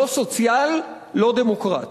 לא סוציאל, לא דמוקרט.